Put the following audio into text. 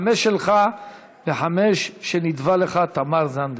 חמש שלך וחמש שנידבה לך תמר זנדברג.